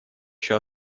ещё